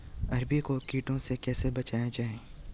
अरबी को कीटों से कैसे बचाया जाए?